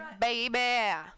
baby